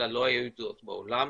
אלא לא היו ידועות בעולם.